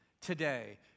today